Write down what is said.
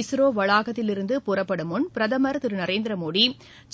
இஸ்ரோ வளாகத்திலிருந்து புறப்படும் முன் பிரதமர் திரு நரேந்திர மோடி